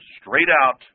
straight-out